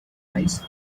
eyes